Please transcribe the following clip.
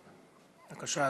בבקשה,